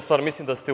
stvar, mislim da ste